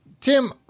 Tim